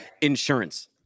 insurance